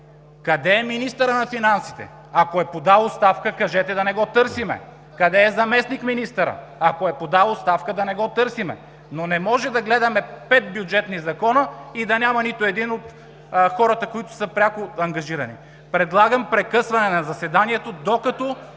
Къде е министърът на финансите? Ако е подал оставка, кажете да не го търсим? Къде е заместник-министърът? Ако е подал оставка, да не го търсим? Но не можем да гледаме пет бюджетни закона и да няма нито един от хората, които са пряко ангажирани. Предлагам прекъсване на заседанието, докато